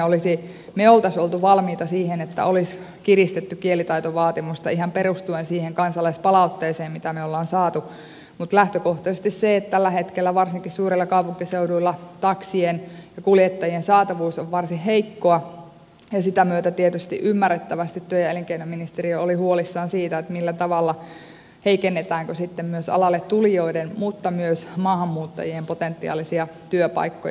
me olisimme olleet valmiita siihen että olisi kiristetty kielitaitovaatimusta ihan perustuen siihen kansalaispalautteeseen mitä me olemme saaneet mutta lähtökohtaisesti tilanne on se että tällä hetkellä varsinkin suurilla kaupunkiseuduilla taksien ja kuljettajien saatavuus on varsin heikkoa ja sen myötä tietysti ymmärrettävästi työ ja elinkeinoministeriö oli huolissaan siitä heikennetäänkö sitten myös alalle tulijoiden mutta myös maahanmuuttajien potentiaalisia työpaikkoja